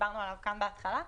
שדיברנו עליו כאן בהתחלה,